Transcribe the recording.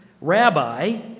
Rabbi